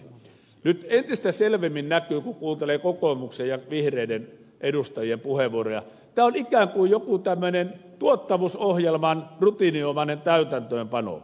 nyt entistä selvemmin näkyy kun kuuntelee kokoomuksen ja vihreiden edustajien puheenvuoroja se että tämä on ikään kuin joku tämmöinen tuottavuusohjelman rutiininomainen täytäntöönpano